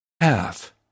half